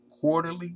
quarterly